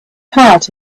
heart